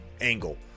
angle